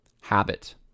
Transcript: habit